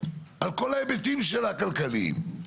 על כל ההיבטים הכלכליים שלה.